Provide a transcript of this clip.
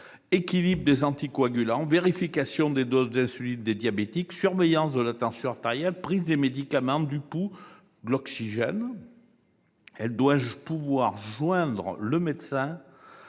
équilibre des anticoagulants, vérification des doses d'insuline des diabétiques, surveillance de la tension artérielle, prise de médicaments, prise du pouls, saturation en oxygène dans le sang, etc. Elle doit pouvoir joindre le médecin